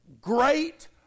great